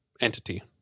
entity